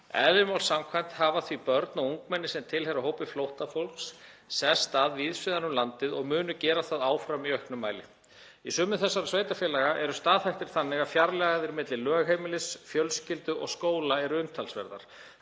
Eðli máls samkvæmt hafa því börn og ungmenni sem tilheyra hópi flóttafólks sest að víðs vegar um landið og munu gera það áfram í auknum mæli. Í sumum þessara sveitarfélaga eru staðhættir þannig að fjarlægðir milli lögheimilis, fjölskyldu og skóla eru umtalsverðar.